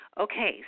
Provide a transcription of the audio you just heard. Okay